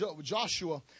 Joshua